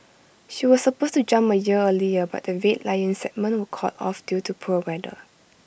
she was supposed to jump A year earlier but the Red Lions segment was called off due to poor weather